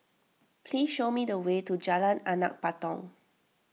please show me the way to Jalan Anak Patong